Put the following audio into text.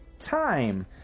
time